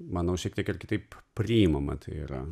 manau šiek tiek ir kitaip priimama tai yra